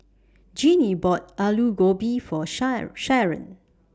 Jeanie bought Aloo Gobi For Sharen Sharen